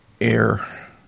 Air